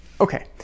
Okay